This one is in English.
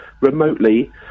remotely